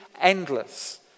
endless